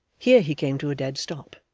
here he came to a dead stop,